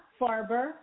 Farber